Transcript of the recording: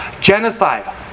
genocide